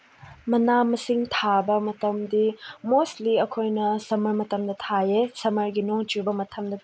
ꯃꯅꯥ ꯃꯁꯤꯡ ꯊꯥꯕ ꯃꯇꯝꯗꯤ ꯃꯣꯁꯂꯤ ꯑꯩꯈꯣꯏꯅ ꯁꯝꯃꯔ ꯃꯇꯝꯗ ꯊꯥꯏꯌꯦ ꯁꯝꯃꯔꯒꯤ ꯅꯣꯡ ꯆꯨꯕ ꯃꯇꯝꯗ